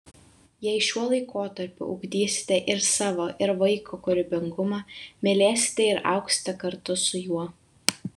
jei šiuo laikotarpiu ugdysite ir savo ir vaiko kūrybingumą mylėsite ir augsite kartu su juo